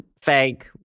fake